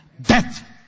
death